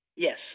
Yes